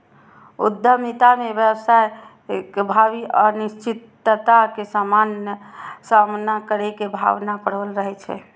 उद्यमिता मे व्यवसायक भावी अनिश्चितता के सामना करै के भावना प्रबल रहै छै